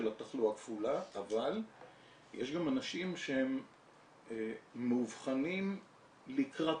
התחלואה כפולה אבל יש גם אנשים שהם מאובחנים לקראת